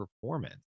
performance